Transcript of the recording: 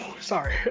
sorry